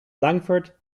langford